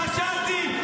פשעתי,